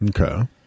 Okay